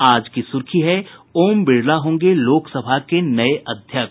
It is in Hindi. आज की सुर्खी है ओम बिड़ला होंगे लोकसभा के नये अध्यक्ष